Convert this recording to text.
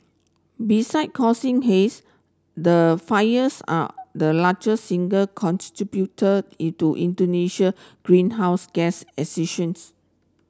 beside causing haze the fires are the largest single contributor into Indonesia greenhouse gas